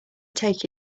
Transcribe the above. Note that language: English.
take